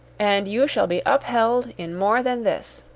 and you shall be upheld in more than this!